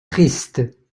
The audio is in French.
tristes